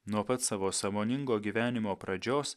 nuo pat savo sąmoningo gyvenimo pradžios